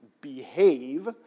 behave